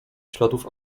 śladów